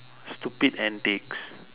stupid antics